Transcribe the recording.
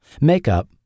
Makeup